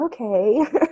okay